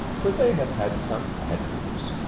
could they have had some bad news?